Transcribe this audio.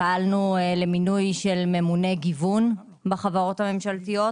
פעלנו למינוי של ממונה גיוון בחברות הממשלתיות,